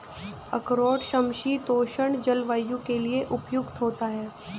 अखरोट समशीतोष्ण जलवायु के लिए उपयुक्त होता है